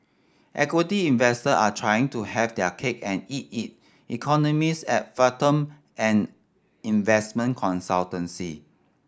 equity investor are trying to have their cake and eat it economists at Fathom an investment consultancy